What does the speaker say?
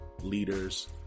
leaders